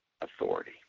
authority